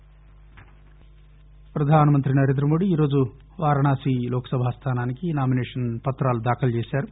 ఎమ్ ం ప్రధానమంత్రి నరేంద్రమోది ఈరోజు వారణాసి లోక్సభ స్థానానికి నామినేషన్ పత్రాలు దాఖలు చేశారు